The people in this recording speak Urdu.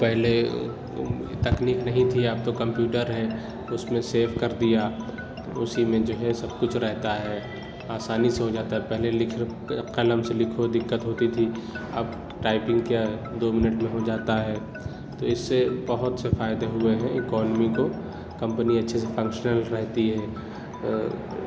پہلے تکنیک نہیں تھی اب تو کمپیوٹر ہے اُس میں سیف کر دیا اُسی میں جو ہے سب کچھ رہتا ہے آسانی سے ہو جاتا ہے پہلے قلم سے لکھو دقت ہوتی تھی اب ٹائپنگ کیا دو منٹ میں ہو جاتا ہے تو اِس سے بہت سے فائدے ہوئے ہیں اکانمی کو کمپنی اچھے سے فنکشنل رہتی ہے